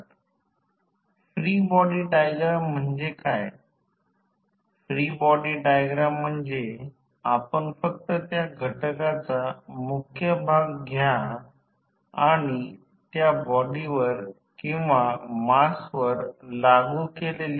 तर जर कमी व्होल्टेज बाजूला पुरवठा झाला असेल आणि प्रयोगशाळेत 110 बाय 220 व्होल्ट चा पुरवठा झाला असेल तर